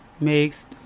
makes